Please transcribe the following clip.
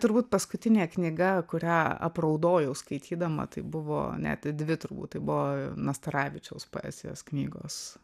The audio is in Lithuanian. turbūt paskutinė knyga kurią apraudojau skaitydama tai buvo net dvi turbūt tai buvo nastaravičiaus poezijos knygos